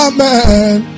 Amen